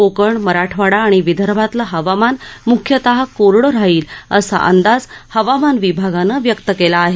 कोकण मराठवाडा आणि विदर्भातलं हवामान मुख्यतः कोरडं राहील असा अंदाज हवामान विभागानं व्यक्त केला आहे